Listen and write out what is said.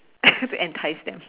to entice them